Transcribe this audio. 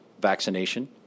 vaccination